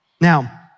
Now